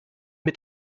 mit